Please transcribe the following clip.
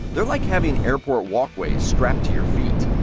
they're like having airport walkways strapped to your feet.